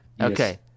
Okay